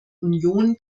union